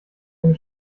eine